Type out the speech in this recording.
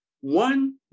One